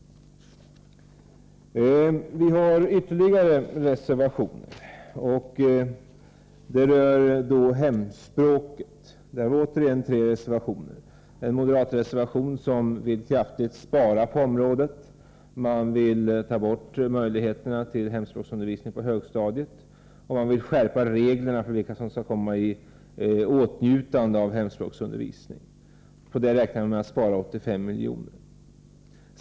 Vi har vidare några reservationer beträffande hemspråksundervisningen. Det är återigen tre reservationer. I en moderat reservation vill man kraftigt spara inom området, ta bort möjligheterna till hemspråksundervisning på högstadiet och skärpa reglerna för vilka som skall komma i åtnjutande av hemspråksundervisning. På det sättet räknar man med att spara upp till 5 milj.kr.